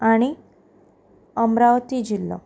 आनी अमरावती जिल्लो